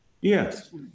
Yes